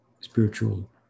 spiritual